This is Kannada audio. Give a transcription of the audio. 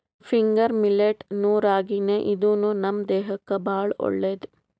ಫಿಂಗರ್ ಮಿಲ್ಲೆಟ್ ನು ರಾಗಿನೇ ಇದೂನು ನಮ್ ದೇಹಕ್ಕ್ ಭಾಳ್ ಒಳ್ಳೇದ್